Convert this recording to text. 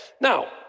Now